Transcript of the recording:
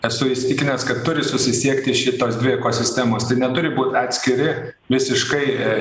esu įsitikinęs kad turi susisiekti šitos dvi ekosistemos tai neturi būt atskiri visiškai